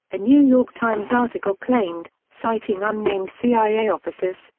a new york times article claimed, citing unnamed cia officers,